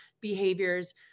behaviors